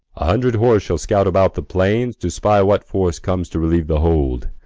a hundred horse shall scout about the plains, to spy what force comes to relieve the hold.